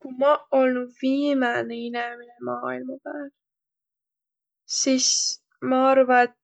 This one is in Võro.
Ku maq olnuq viimäne inemine maailma pääl, sis ma arva, et